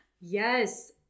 Yes